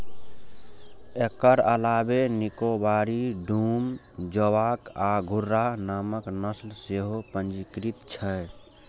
एकर अलावे निकोबारी, डूम, जोवॉक आ घुर्राह नामक नस्ल सेहो पंजीकृत छै